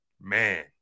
man